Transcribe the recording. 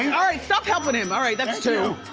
yeah all right, stop helping him. all right, that's two.